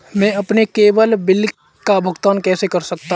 मैं अपने केवल बिल का भुगतान कैसे कर सकता हूँ?